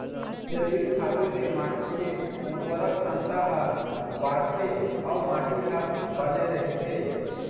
जइविक खातू ले माटी के उरवरक छमता ह बाड़थे अउ माटी ह बने रहिथे